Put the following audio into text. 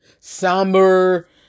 somber